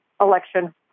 election